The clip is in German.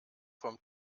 vom